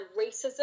racism